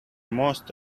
most